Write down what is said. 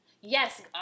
Yes